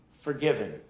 forgiven